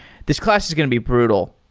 this class is going to be brutal,